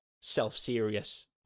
self-serious